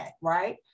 right